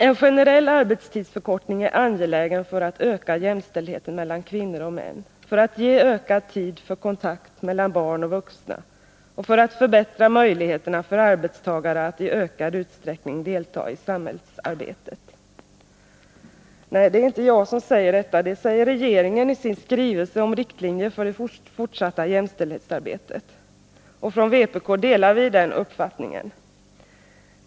”——--en generell arbetstidsförkortning är angelägen för att öka jämställdheten mellan kvinnor och män, för att ge ökad tid för kontakt mellan barn och vuxna, och för att förbättra möjligheterna för arbetstagare attiökad Nr 37 utsträckning delta i samhällsarbetet.” Nej, det är inte jag som säger detta. Det säger regeringen i sin skrivelse om riktlinjer för det fortsatta jämställdhetsarbetet. Från vpk delar vi den uppfattningen.